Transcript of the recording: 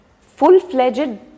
full-fledged